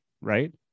right